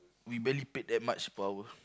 we barely paid that much per hour